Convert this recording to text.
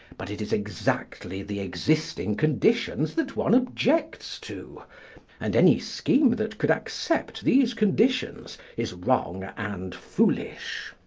but it is exactly the existing conditions that one objects to and any scheme that could accept these conditions is wrong and foolish.